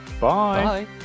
bye